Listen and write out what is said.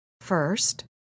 first